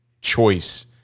choice